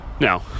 Now